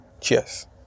Cheers